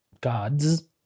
Gods